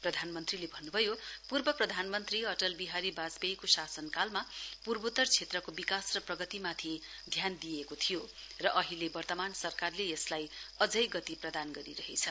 प्रधानमन्त्रीले भन्नुभयो पूर्व प्रधानमन्त्री अटल विहारी वाजपेयीको शासनकालमा पूर्वोतेतर क्षेत्रको विकास र प्रगतिमाथि ध्यान दिएको थियो र अहिले वर्तमान सरकारले यसलाई अझै गति प्रदान गरिरहेछ